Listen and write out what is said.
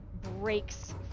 breaks